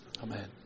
Amen